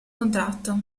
contratto